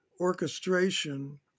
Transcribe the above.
orchestration